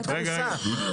היא דחוסה.